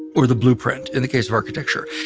or the blueprint in the case of architecture.